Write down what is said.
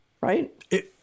Right